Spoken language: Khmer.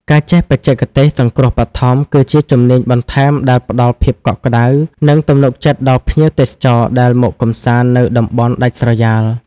ការចេះបច្ចេកទេសសង្គ្រោះបឋម គឺជាជំនាញបន្ថែមដែលផ្តល់ភាពកក់ក្តៅ និងទំនុកចិត្តដល់ភ្ញៀវទេសចរដែលមកកម្សាន្តនៅតំបន់ដាច់ស្រយាល។